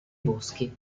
boschi